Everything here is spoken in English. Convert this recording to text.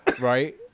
Right